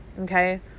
Okay